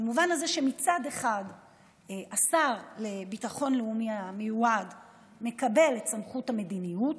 במובן הזה שמצד אחד השר המיועד לביטחון לאומי מקבל את סמכות המדיניות,